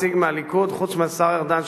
חוץ מהשר ארדן,